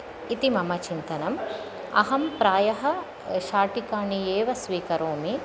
इति मम चिन्तनं अहं प्रायः शाटिकाः एव स्वीकरोमि